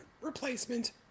replacement